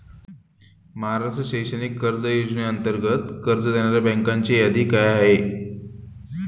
महाराष्ट्र शैक्षणिक कर्ज योजनेअंतर्गत कर्ज देणाऱ्या बँकांची यादी काय आहे?